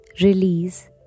release